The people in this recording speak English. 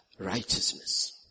Righteousness